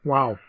Wow